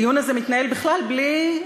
הדיון הזה מתנהל בכלל בלי,